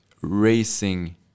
racing